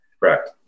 correct